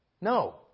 No